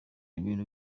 ibintu